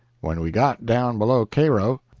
when we got down below cairo,